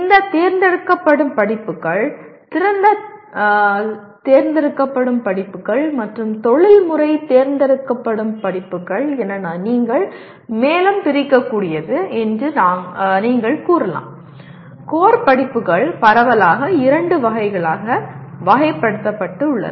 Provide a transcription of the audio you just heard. இந்த தேர்ந்தெடுக்கப்படும் படிப்புகள் திறந்த தேர்ந்தெடுக்கப்படும் படிப்புகள் மற்றும் தொழில்முறை தேர்ந்தெடுக்கப்படும் படிப்புகள் என நீங்கள் மேலும் பிரிக்கக்கூடியது என்று நீங்கள் கூறலாம் கோர் படிப்புகள் பரவலாக இரண்டு வகைகளாக வகைப்படுத்தப்பட்டுள்ளன